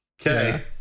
Okay